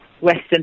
Western